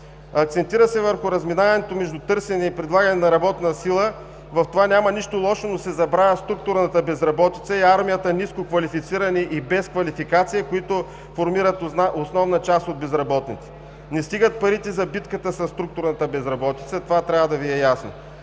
Акцентира се върху разминаването между търсене и предлагане на работна сила – в това няма нищо лошо, но се забравя структурната безработица и армията нискоквалифицирани и без квалификация, които формират основната част от безработните. Не стигат парите за битката със структурната безработица – това трябва да Ви е ясно.